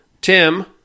tim